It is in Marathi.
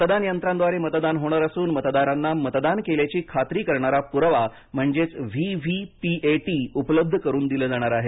मतदान यंत्राद्वारे मतदान होणार असून मतदारांना मतदान केल्याची खात्री करणारा पुरावा म्हणजेच V V P A T उपलब्ध करून दिलं जाणार आहे